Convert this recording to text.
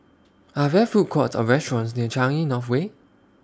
Are There Food Courts Or restaurants near Changi North Way